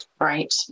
Right